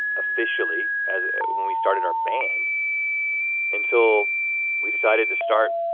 officially as when we started our band until we decided to start